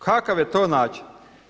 Kakav je to način!